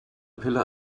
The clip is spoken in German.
pille